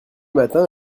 matins